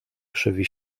krzywi